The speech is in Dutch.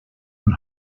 een